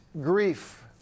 grief